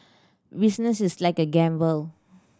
business is like a gamble